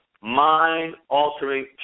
mind-altering